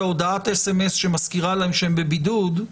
הודעת האסמס שמזכירה להם שהם בבידוד,